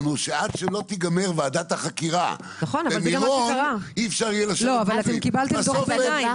שעד שלא תיגמר ועדת החקירה במירון אי אפשר יהיה לאשר פיצויים,